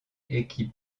équipe